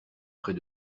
près